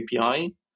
API